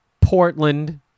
Portland